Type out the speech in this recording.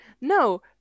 No